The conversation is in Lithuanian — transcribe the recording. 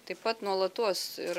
taip pat nuolatos ir